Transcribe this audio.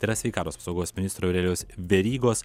tai yra sveikatos apsaugos ministro aurelijaus verygos